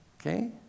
Okay